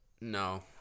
No